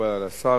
מקובל על השר,